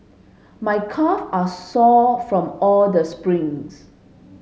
my calf are sore from all the sprints